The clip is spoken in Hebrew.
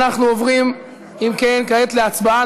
אנחנו עוברים, אם כן, להצבעה.